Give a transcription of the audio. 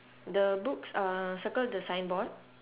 the books uh circle the signboard